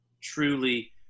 truly